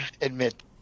admit